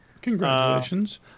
Congratulations